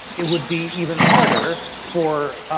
it would be even harder for